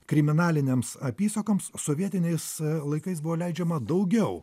kriminalinėms apysakoms sovietiniais laikais buvo leidžiama daugiau